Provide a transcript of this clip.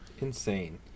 insane